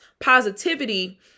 positivity